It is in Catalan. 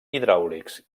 hidràulics